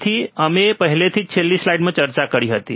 તેથી અમે પહેલાથી જ છેલ્લી સ્લાઇડમાં ચર્ચા કરી હતી